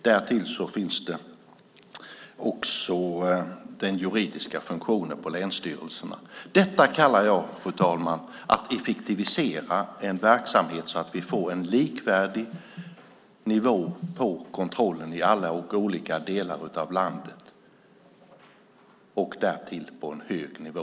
Därtill finns också den juridiska funktionen på länsstyrelserna. Detta kallar jag, fru talman, för att effektivisera en verksamhet så att vi får en likvärdig nivå på kontrollen i alla olika delar av landet, därtill på en hög nivå.